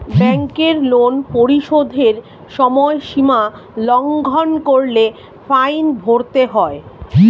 ব্যাংকের লোন পরিশোধের সময়সীমা লঙ্ঘন করলে ফাইন ভরতে হয়